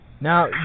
Now